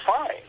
fine